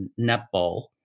netball